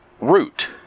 root